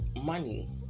money